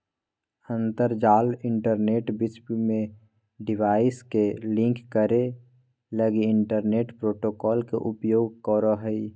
अंतरजाल इंटरनेट विश्व में डिवाइस के लिंक करे लगी इंटरनेट प्रोटोकॉल के उपयोग करो हइ